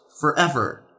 forever